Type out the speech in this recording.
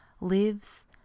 lives